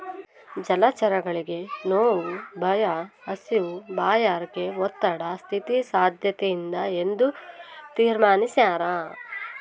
ಜಲಚರಗಳಿಗೆ ನೋವು ಭಯ ಹಸಿವು ಬಾಯಾರಿಕೆ ಒತ್ತಡ ಸ್ಥಿತಿ ಸಾದ್ಯತೆಯಿಂದ ಎಂದು ತೀರ್ಮಾನಿಸ್ಯಾರ